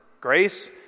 grace